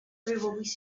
beth